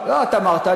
לא, אתה אמרת.